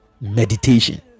Meditation